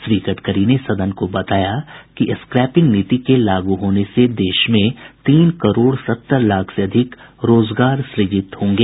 श्री गडकरी ने सदन को बताया कि व्हीकल स्क्रैपिंग नीति के लागू होने से देश में तीन करोड़ सत्तर लाख से अधिक रोजगार सूजित होंगे